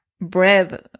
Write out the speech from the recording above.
bread